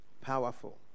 Powerful